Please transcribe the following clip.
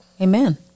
Amen